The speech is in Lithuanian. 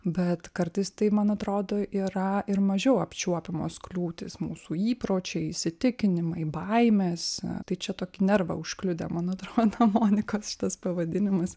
bet kartais tai man atrodo yra ir mažiau apčiuopiamos kliūtys mūsų įpročiai įsitikinimai baimės tai čia tokį nervą užkliudė man atrodo monikos šitas pavadinimas